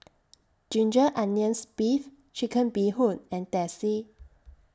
Ginger Onions Beef Chicken Bee Hoon and Teh C